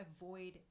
avoid